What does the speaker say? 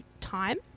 time